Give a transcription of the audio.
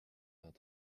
vingt